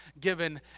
given